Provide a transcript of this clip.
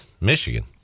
Michigan